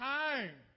time